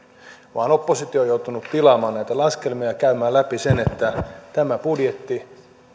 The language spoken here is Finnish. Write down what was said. vaan oppositio on joutunut tilaamaan näitä laskelmia ja käymään läpi sen että tämä budjetti